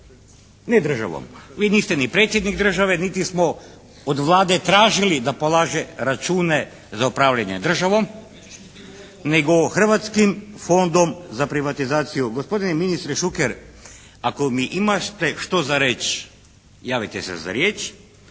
Ne državom. Vi niste ni predsjednik države, niti smo od Vlade tražili da polaže račune za upravljanje državom, nego Hrvatskim fondom za privatizaciju. Gospodine ministre Šuker, ako mi imate što za reći javite se za riječ,